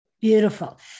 Beautiful